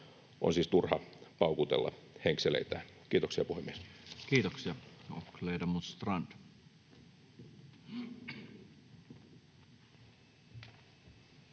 on siis turha paukutella henkseleitään. — Kiitoksia, puhemies.